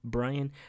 Brian